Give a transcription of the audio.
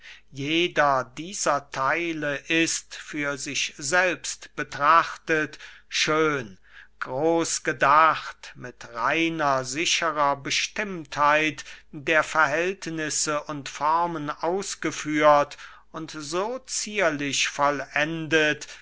jeder dieser theile ist für sich selbst betrachtet schön groß gedacht mit reiner sicherer bestimmtheit der verhältnisse und formen ausgeführt und so zierlich vollendet